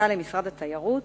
פנתה אל משרד התיירות